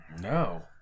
No